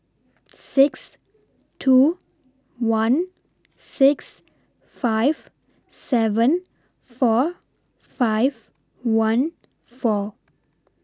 six two one six five seven four five one four